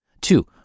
Two